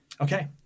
okay